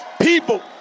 people